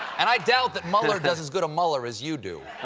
and i cowt that mueller does as good a mueller as you do.